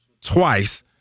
twice